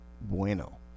bueno